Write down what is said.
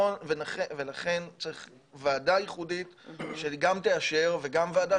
לכן צריך ועדה ייחודית שגם תאשר וגם ועדה